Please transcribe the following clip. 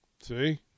See